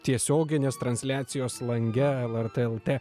tiesioginės transliacijos lange lrt lt